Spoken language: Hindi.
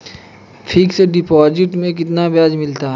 फिक्स डिपॉजिट में कितना ब्याज मिलता है?